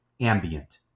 ambient